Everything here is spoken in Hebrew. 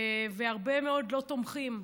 והרבה מאוד לא תומכים,